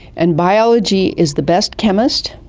and biology is the best chemist,